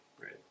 right